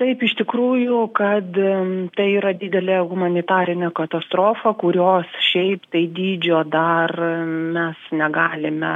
taip iš tikrųjų kad tai yra didelė humanitarinė katastrofa kurios šiaip tai dydžio dar mes negalime